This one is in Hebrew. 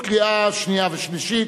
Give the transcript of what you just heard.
לקריאה שנייה ושלישית.